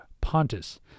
Pontus